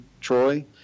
Troy